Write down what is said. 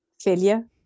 failure